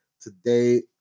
today